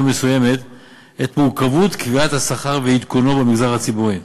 מסוימת את מורכבות קביעת השכר ועדכונו במגזר הציבורי.